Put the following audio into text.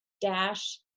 dash